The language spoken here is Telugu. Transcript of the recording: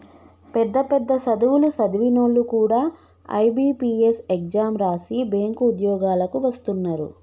పెద్ద పెద్ద సదువులు సదివినోల్లు కూడా ఐ.బి.పీ.ఎస్ ఎగ్జాం రాసి బ్యేంకు ఉద్యోగాలకు వస్తున్నరు